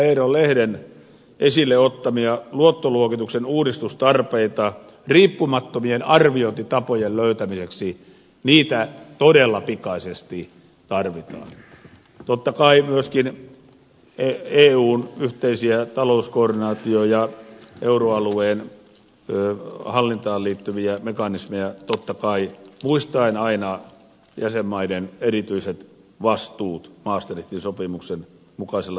eero lehden esille ottamia luottoluokituksen uudistustarpeita riippumattomien arviointitapojen löytämiseksi niitä todella pikaisesti tarvitaan totta kai myöskin eun yhteisiä talouskoordinaatio ja euroalueen hallintaan liittyviä mekanismeja totta kai muistaen aina jäsenmaiden erityiset vastuut maastrichtin sopimuksen mukaisella tavalla